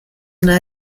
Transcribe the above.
una